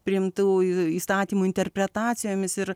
priimtųjų įstatymų interpretacijomis ir